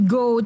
go